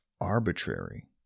arbitrary